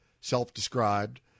self-described